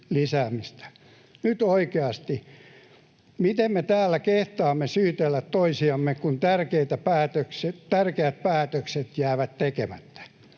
Nyt oikeasti, miten me täällä kehtaamme syytellä toisiamme, kun tärkeät päätökset jäävät tekemättä?